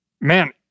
Man